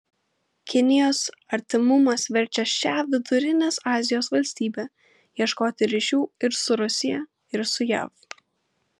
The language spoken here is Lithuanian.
kinijos artimumas verčia šią vidurinės azijos valstybę ieškoti ryšių ir su rusija ir su jav